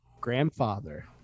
grandfather